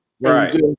Right